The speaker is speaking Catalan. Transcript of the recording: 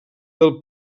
del